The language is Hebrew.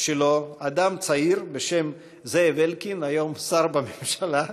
שלו אדם צעיר בשם זאב אלקין, היום שר בממשלה,